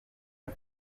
but